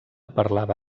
parlava